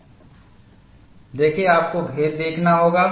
देखें आपको भेद देखना होगा